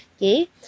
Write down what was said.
Okay